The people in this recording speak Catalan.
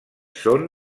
són